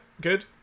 good